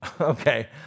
okay